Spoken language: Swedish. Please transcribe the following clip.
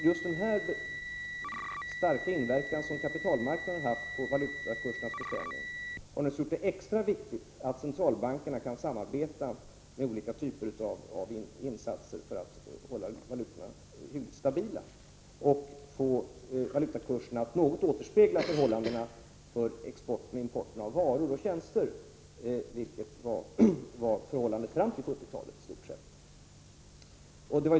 Just denna starka inverkan på valutakursernas bestämning som kapitalmarknaden haft har naturligtvis gjort det extra viktigt att centralbankerna kan samarbeta med olika insatser för att hålla valutorna hyggligt stabila och få kurserna att något återspegla förhållandena när det gäller export och import av varor och tjänster, vilket de i stort sett gjorde fram till 1970-talet.